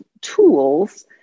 tools